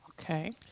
Okay